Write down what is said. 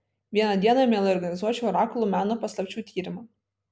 vieną dieną mielai organizuočiau orakulų meno paslapčių tyrimą